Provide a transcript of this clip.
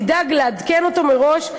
תדאג לעדכן אותו מראש,